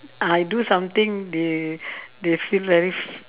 I do something they they feel very f~